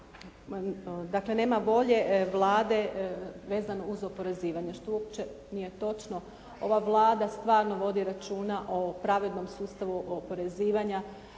dakle nema volje Vlade vezano uz oporezivanje, što uopće nije točno. Ova Vlada stvarno vodi računa o pravednom sustavu oporezivanja.